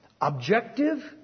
objective